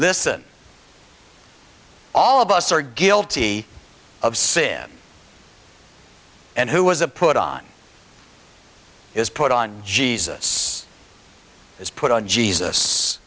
listen all of us are guilty of sin and who was a put on is put on jesus is put on jesus